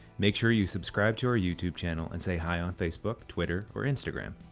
make sure you subscribe to our youtube channel and say hi on facebook, twitter or instagram.